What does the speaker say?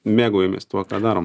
mėgaujamės tuo ką darom